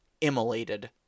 immolated